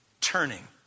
Turning